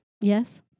Yes